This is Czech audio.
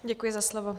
Děkuji za slovo.